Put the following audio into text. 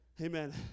Amen